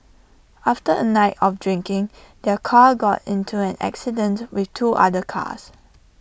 after A night of drinking their car got into an accident with two other cars